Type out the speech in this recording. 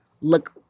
look